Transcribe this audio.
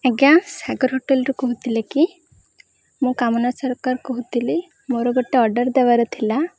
ଆଜ୍ଞା ସାଗର ହୋଟେଲ୍ରୁ କହୁଥିଲେ କି ମୁଁ କାମନା ସରକାର କହୁଥିଲି ମୋର ଗୋଟେ ଅର୍ଡ଼ର୍ ଦେବାର ଥିଲା